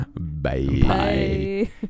Bye